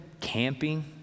camping